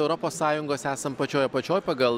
europos sąjungos esam pačioj apačioj pagal